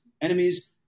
enemies